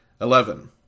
Eleven